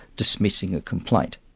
dismissing a complaint.